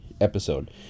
Episode